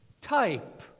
type